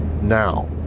now